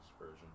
version